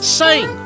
sing